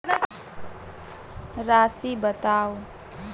राशि बताउ